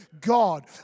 God